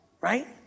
Right